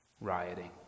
rioting